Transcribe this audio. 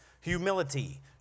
humility